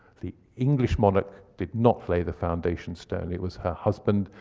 the english monarch did not lay the foundation stone. it was her husband,